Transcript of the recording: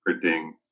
printing